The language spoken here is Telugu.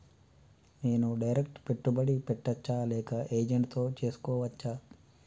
నేను డైరెక్ట్ పెట్టుబడి పెట్టచ్చా లేక ఏజెంట్ తో చేస్కోవచ్చా?